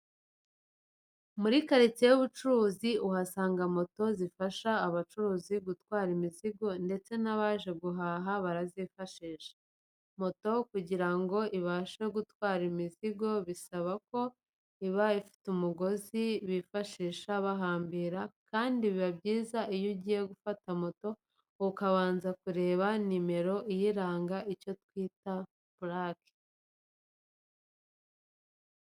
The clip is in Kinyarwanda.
Muri karitsiye y'ubucuruzi uhasanga moto zifasha abacuruzi gutwara imizigo ndetse n'abaje guhaha barazifashisha. Moto kugira ngo ibashe gutwara imizigo bisaba ko iba ifite umugozi bifashisha bahambira kandi biba byiza iyo ugiye gufata moto ukabanza kureba nimero iyiranga icyo twita purake.